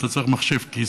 אתה צריך מחשב כיס.